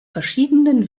verschiedenen